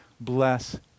bless